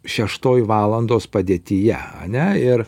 šeštoj valandos padėtyje ane ir